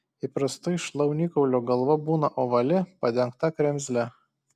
įprastai šlaunikaulio galva būna ovali padengta kremzle